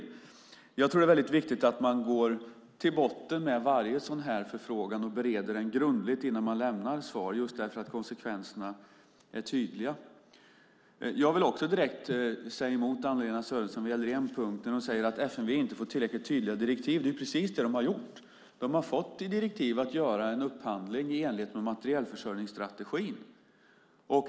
Jag tror att det är väldigt viktigt att man går till botten med varje sådan förfrågan och bereder den grundligt innan man lämnar svar just därför att konsekvenserna är tydliga. Jag vill också direkt säga emot Anna-Lena Sörenson vad gäller en punkt, och det är när hon säger att FMV inte får tillräckligt tydliga direktiv. Det är precis det som man har fått. FMV har fått direktiv om att göra en upphandling i enlighet med materielförsörjningsstrategin.